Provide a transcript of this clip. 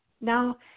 now